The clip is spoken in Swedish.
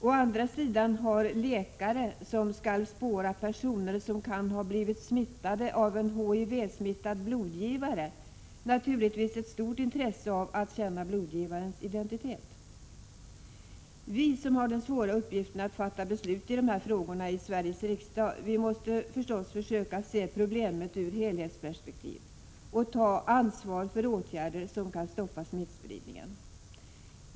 Å andra sidan har de läkare som skall spåra personer som kan ha blivit smittade av en HIV-smittad blodgivare naturligtvis stort intresse av att känna till blodgivarens identitet. Vi i Sveriges riksdag som har den svåra uppgiften att fatta beslut i de här frågorna måste förstås försöka se problemet i ett helhetsperspektiv och ta ett ansvar för sådana åtgärder som kan stoppa smittspridningen.